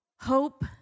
Hope